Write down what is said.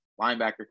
linebacker